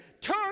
turn